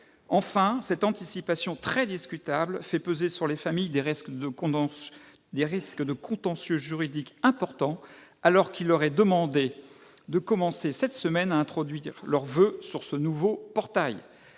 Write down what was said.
Enfin, cette anticipation très discutable fait peser sur les familles des risques de contentieux juridiques importants, alors qu'il leur est demandé de commencer, dès cette semaine, à introduire leurs voeux sur ce nouveau portail.